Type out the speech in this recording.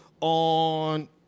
on